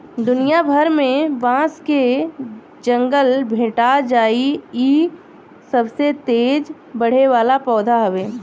दुनिया भर में बांस के जंगल भेटा जाइ इ सबसे तेज बढ़े वाला पौधा हवे